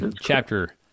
chapter